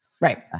Right